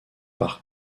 par